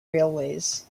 railways